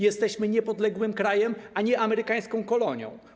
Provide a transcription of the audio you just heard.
Jesteśmy niepodległym krajem, a nie amerykańską kolonią.